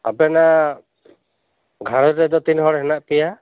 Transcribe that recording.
ᱟᱵᱮᱱᱟᱜ ᱜᱷᱟᱨᱚᱸᱡᱽ ᱨᱮᱫᱚ ᱛᱤᱱ ᱦᱚᱲ ᱢᱮᱱᱟᱜ ᱯᱮᱭᱟ